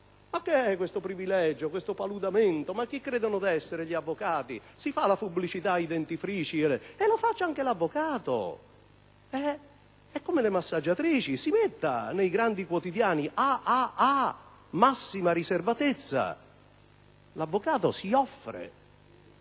Ma cosa è questo privilegio, paludamento? Ma chi credono di essere gli avvocati? Si fa la pubblicità ai dentifrici! La faccia anche l'avvocato! Come le massaggiatrici: si metta sui grandi quotidiani A.A.A massima riservatezza. L'avvocato si offre: